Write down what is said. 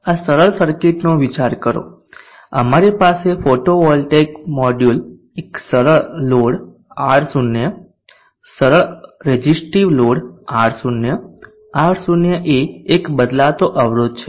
આ સરળ સર્કિટનો વિચાર કરો અમારી પાસે ફોટોવોલ્ટેઇક મોડ્યુલ એક સરળ લોડ R0 સરળ રેઝિસ્ટિવ લોડ R0 R0 એ એક બદલાતો અવરોધ છે